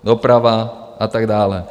Doprava a tak dále.